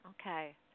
okay